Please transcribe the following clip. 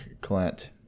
Clint